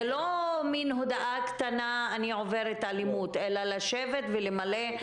זה לא מין הודעה קטנה - אני עוברת אלימות - אלא לשבת ולמלא.